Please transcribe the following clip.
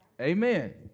Amen